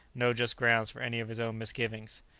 no just grounds for any of his own misgivings.